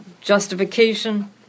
justification